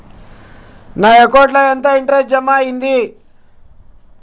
నా అకౌంట్ ల ఎంత ఇంట్రెస్ట్ జమ అయ్యింది?